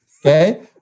Okay